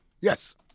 Yes